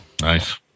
Nice